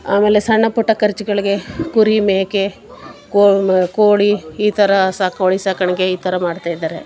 ಆಮೇಲೆ ಸಣ್ಣ ಪುಟ್ಟ ಖರ್ಚುಗಳಿಗೆ ಕುರಿ ಮೇಕೆ ಕೊ ಮ ಕೋಳಿ ಈ ಥರ ಸಾಕಿ ಕೋಳಿ ಸಾಕಾಣಿಕೆ ಈ ಥರ ಮಾಡ್ತಾಯಿದ್ದಾರೆ